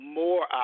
more